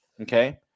okay